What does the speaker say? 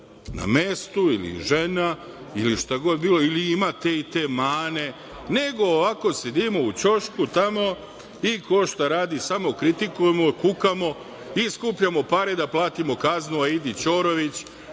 na mestu ili žena ili šta god bilo ili ima te i te mane, nego ovako sedimo u ćošku tamo i ko šta radi samo kritikujemo, kukamo i skupljamo pare da platimo kaznu Aidi Ćorović,